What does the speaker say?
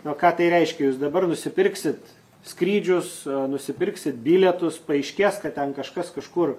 nu ką tai reiškia jūs dabar nusipirksit skrydžius nusipirksit bilietus paaiškės kad ten kažkas kažkur